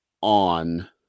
on